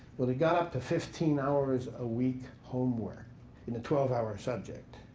well, he got up to fifteen hours a week homework in a twelve hour subject.